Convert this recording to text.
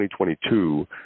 2022